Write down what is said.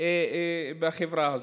בחברה הזאת.